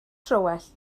troell